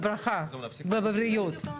בברכה ובבריאות.